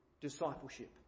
discipleship